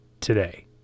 today